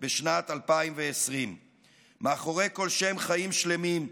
בשנת 2020. מאחורי כל שם, חיים שלמים.